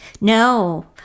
No